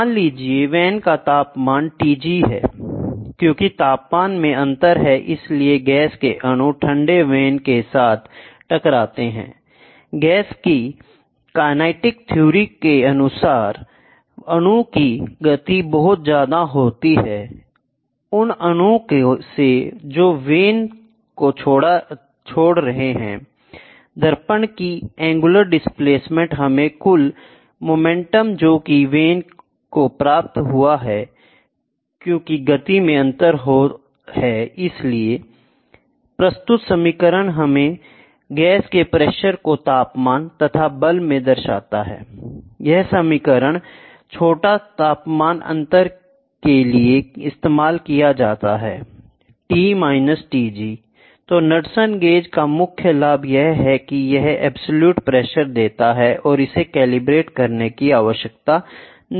मान लीजिए वैन का तापमान Tg है Iक्योंकि तापमान में अंतर है इसलिए गैस के अणु ठंडे वैन के साथ टकराते हैं I गैस की काइनेटिक थ्योरी के अनुसार अनु की गति बहुत ज्यादा होती है उन अनु से जो वेन को छोड़ रहे होते हैं I दर्पण की एंगुलर डिस्प्लेसमेंट हमें कुल मोमेंटम जो की वेन को प्राप्त हुई है क्योंकि गति में अंतर है देती है I प्रस्तुत समीकरण हमें गैस के प्रेशर को तापमान तथा बल में दर्शाती है यह समीकरण छोटे तापमान अंतर के लिए इस्तेमाल की जा सकती है T Tg तो नॉड्सन गेज का मुख्य लाभ यह है कि यह एब्सलूट प्रेशर देता है और इसे कैलिब्रेट करने की आवश्यकता नहीं है